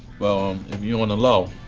well if you're on the low,